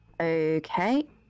Okay